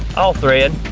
all-thread,